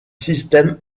système